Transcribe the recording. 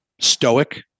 stoic